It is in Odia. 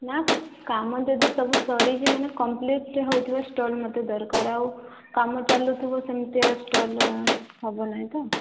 ନା କାମ ଯଦି ସବୁ ସରିଛି ମାନେ କମ୍ପ୍ଲିଟ୍ ହୋଇଥିବ ଷ୍ଟଲ୍ ମୋତେ ଦରକାର ଆଉ କାମ ଚାଲୁଥିବ ସେମିତିଆ ଷ୍ଟଲ୍ ହେବ ନାହିଁ ତ